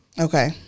Okay